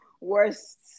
worst